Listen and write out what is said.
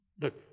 Look